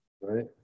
right